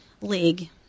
league